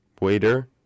Waiter